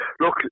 look